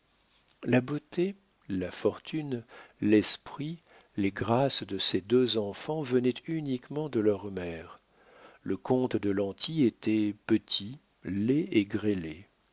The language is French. la beauté la fortune l'esprit les grâces de ces deux enfants venaient uniquement de leur mère le comte de lanty était petit laid et